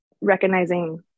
recognizing